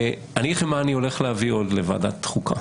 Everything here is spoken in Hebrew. אני אומר לך מה אני עוד עומד להביא לוועדת החוקה.